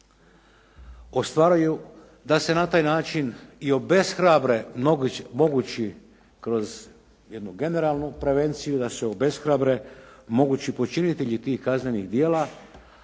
ostvaruju da se na taj način obeshrabre mogući kroz jednu generalnu prevenciju da se obeshrabre mogući počinitelji tih kaznenih djela